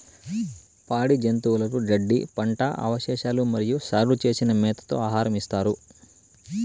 పాడి జంతువులకు గడ్డి, పంట అవశేషాలు మరియు సాగు చేసిన మేతతో ఆహారం ఇస్తారు